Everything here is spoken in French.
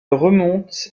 remonte